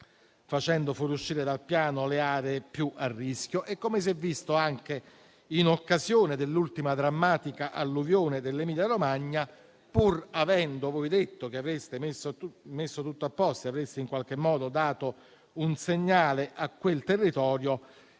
facendo fuoriuscire dal Piano le aree più a rischio. Come si è visto anche in occasione dell'ultima drammatica alluvione dell'Emilia Romagna, pur avendo detto che avreste messo tutto a posto e avreste dato un segnale a quel territorio,